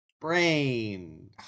brain